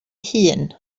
hŷn